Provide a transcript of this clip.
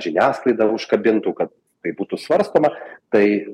žiniasklaidą užkabintų kad tai būtų svarstoma tai